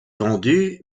vendu